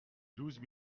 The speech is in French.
douze